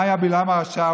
מה היה בלעם הרשע?